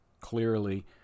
clearly